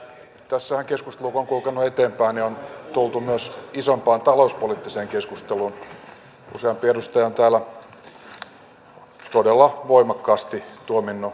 tässähän kun keskustelu on kulkenut eteenpäin ja on tultu myös isompaan talouspoliittiseen keskusteluun niin useampi edustaja on täällä todella voimakkaasti tuominnut velkaelvytyksen